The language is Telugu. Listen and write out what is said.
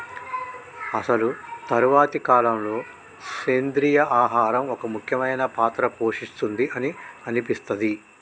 అసలు తరువాతి కాలంలో, సెంద్రీయ ఆహారం ఒక ముఖ్యమైన పాత్ర పోషిస్తుంది అని అనిపిస్తది